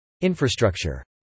Infrastructure